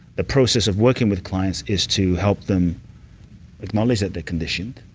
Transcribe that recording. the process of working with clients is to help them acknowledge that they're conditioned,